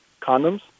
Condoms